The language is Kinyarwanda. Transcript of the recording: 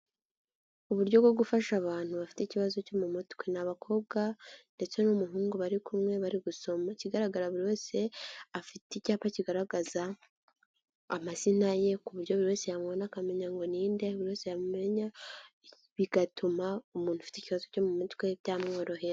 Uburyo bwo gufasha abantu bafite ikibazo cyo mu mutwe ni abakobwa ndetse n'umuhungu bari kumwe bari gusoma ikigaragara buri wese afite icyapa kigaragaza amazina ye ku buryo buri wese yamubona akamenya ngo nide buri wese yamumenya bigatuma umuntu ufite ikibazo cyo mu mutwe byamworohera.